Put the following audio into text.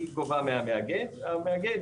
היא גובה מהמאגד והמאגד